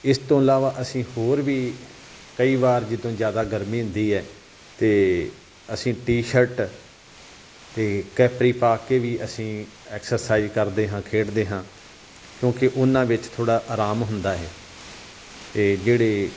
ਇਸ ਤੋਂ ਇਲਾਵਾ ਅਸੀਂ ਹੋਰ ਵੀ ਕਈ ਵਾਰ ਜਦੋਂ ਜ਼ਿਆਦਾ ਗਰਮੀ ਹੁੰਦੀ ਹੈ ਤਾਂ ਅਸੀਂ ਟੀ ਸ਼ਰਟ ਅਤੇ ਕੈਪਰੀ ਪਾ ਕੇ ਵੀ ਅਸੀਂ ਐਕਸਰਸਾਈਜ਼ ਕਰਦੇ ਹਾਂ ਖੇਡਦੇ ਹਾਂ ਕਿਉਂਕਿ ਉਹਨਾਂ ਵਿੱਚ ਥੋੜ੍ਹਾ ਆਰਾਮ ਹੁੰਦਾ ਹੈ ਅਤੇ ਜਿਹੜੇ